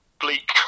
Bleak